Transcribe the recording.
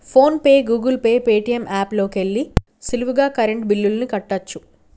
phone pay, Google pay, Paytm app లోకెల్లి సులువుగా current బిల్లుల్ని కట్టచ్చు